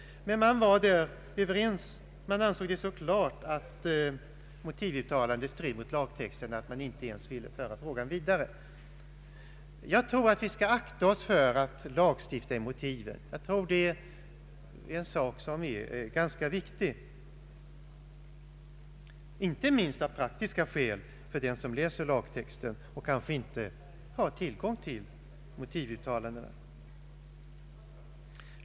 Det ansågs emellertid så klart att motivuttalandet stred mot lagtexten att man inte ens ville föra frågan vidare. Jag tror att vi skall akta oss för att lagstifta i motiven. Det är en enligt min mening ganska viktig sak, inte minst av praktiska skäl för den som läser lagtexten och kanske inte har tillgång till motivuttalandena.